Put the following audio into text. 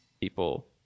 people